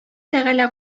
тәгалә